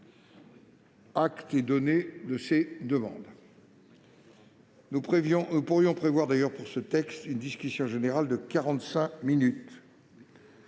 Acte est donné de ces demandes. Nous pourrions prévoir pour ce texte une discussion générale de 45 minutes.